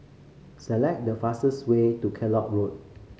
select the fastest way to Kellock Road